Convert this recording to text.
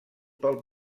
pel